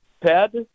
ted